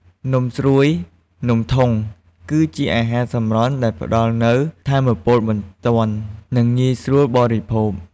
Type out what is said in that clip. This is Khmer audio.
នំស្រួយ នំធុង គឺជាអាហារសម្រន់ដែលផ្តល់នូវ ថាមពលបន្ទាន់ និងងាយស្រួលបរិភោគ។